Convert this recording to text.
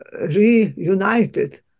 reunited